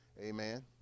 Amen